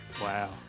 Wow